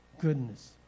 goodness